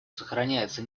сохраняется